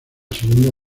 segunda